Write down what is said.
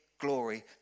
glory